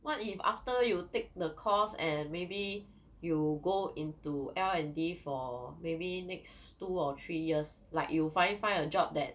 what if after you take the course and maybe you go into L&D for maybe next two or three years like you finally find a job that